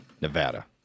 Nevada